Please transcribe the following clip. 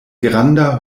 granda